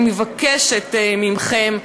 אני מבקשת מכם.